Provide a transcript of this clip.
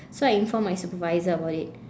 so I informed my supervisor about it